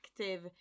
active